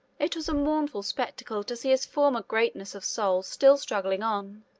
it was a mournful spectacle to see his former greatness of soul still struggling on,